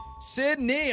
Sydney